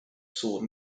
sword